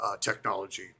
technology